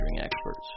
experts